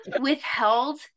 withheld